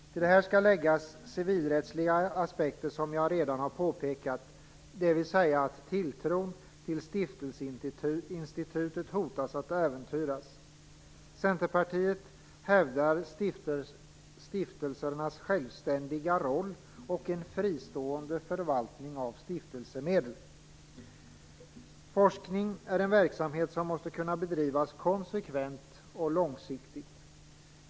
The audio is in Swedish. Till detta skall läggas civilrättsliga aspekter, som jag redan har påpekat, dvs. att tilltron till stiftelseinstitutet hotas att äventyras. Centerpartiet hävdar stiftelsernas självständiga roll och en fristående förvaltning av stiftelsemedel. Forskning är en verksamhet som måste kunna bedrivas konsekvent och långsiktigt.